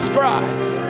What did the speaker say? Christ